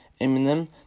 Eminem